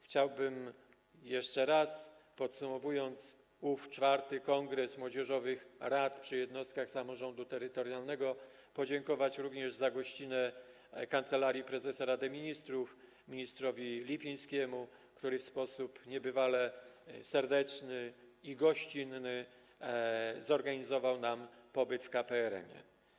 Chciałbym jeszcze raz, podsumowując ów IV kongres młodzieżowych rad przy jednostkach samorządu terytorialnego, podziękować również za gościnę Kancelarii Prezesa Rady Ministrów, ministrowi Lipińskiemu, który w sposób niebywale serdeczny i gościnny zorganizował nam pobyt w KPRM-ie.